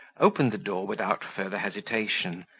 opened the door without further hesitation,